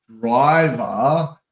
driver